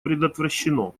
предотвращено